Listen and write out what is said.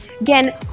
Again